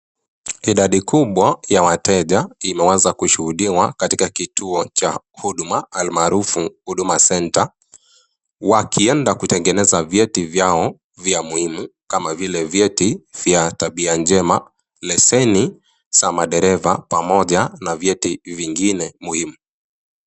Idadi kubwa ya wateja imeweza kushuhudiwa katika kituo Cha huduma almaarufu huduma center wakienda kutengeneza vyeti vyao vya muhimu kama vile vyeti vya tabia njema, leseni za madereva pamoja na vyeti vingine muhimu.